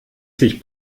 sich